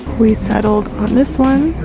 we settled on this one.